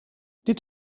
dit